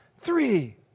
Three